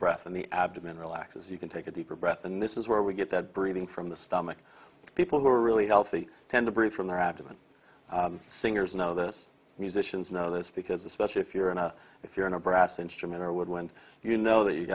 breath and the abdomen relaxes you can take a deeper breath and this is where we get that breathing from the stomach people who are really healthy tend to breathe from their abdomen singers know this musicians know this because especially if you're in a if you're in a brass instrument or a woodwind you know that you